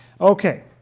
Okay